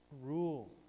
Rule